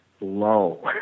low